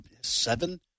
seven